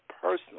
personally